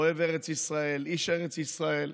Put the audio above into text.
אוהב ארץ ישראל, איש ארץ ישראל.